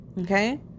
Okay